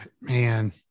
man